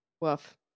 Woof